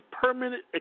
permanent